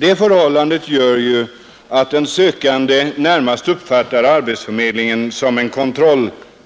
Detta förhållande gör ju att den arbetssökande närmast uppfattar arbetsförmedlingen som